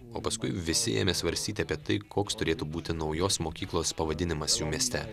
o paskui visi ėmė svarstyti apie tai koks turėtų būti naujos mokyklos pavadinimas jų mieste